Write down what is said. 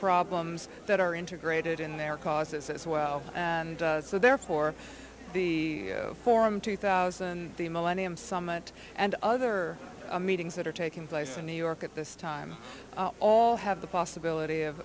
problems that are integrated in their causes as well and so therefore the forum two thousand the millennium summit and other meetings that are taking place in new york at this time all have the possibility